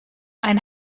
ein